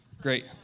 Great